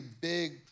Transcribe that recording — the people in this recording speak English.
big